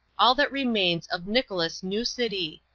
all that remains of nicholas newcity.